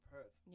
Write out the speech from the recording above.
Perth